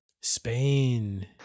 spain